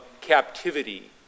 captivity